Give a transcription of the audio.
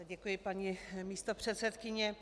Děkuji, paní místopředsedkyně.